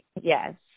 Yes